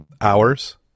hours